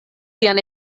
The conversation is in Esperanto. sian